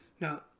now